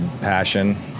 passion